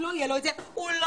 אם לא יהיה לו את זה הוא לא